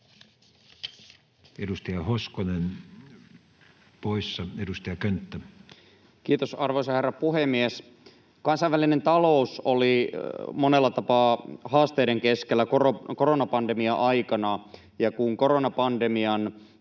Edustaja Hoskonen poissa. — Edustaja Könttä. Kiitos, arvoisa herra puhemies! Kansainvälinen talous oli monella tapaa haasteiden keskellä koronapandemia aikana, ja kun koronapandemian